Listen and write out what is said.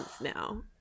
now